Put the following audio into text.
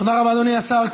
תודה רבה, אדוני השר.